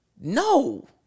No